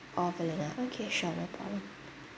all vanilla okay sure no problem